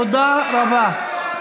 תודה רבה.